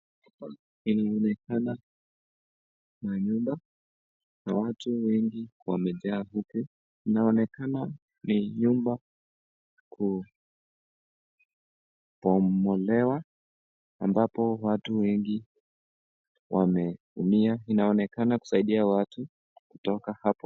Inaonekana manyumba. Kuna watu wengi wamejaa huku. Inaonekana ni nyumba kubomolewa ambapo watu wengi wameumia. Inaonekana kusaidia watu kutoka hapa.